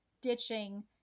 ditching